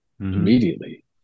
immediately